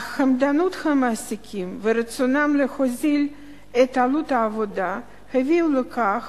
אך חמדנות המעסיקים ורצונם להוזיל את עלות העבודה הביאו לכך